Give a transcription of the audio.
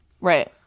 Right